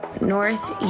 North